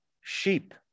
sheep